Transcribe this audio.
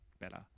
better